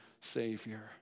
Savior